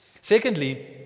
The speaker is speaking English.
Secondly